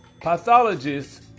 pathologists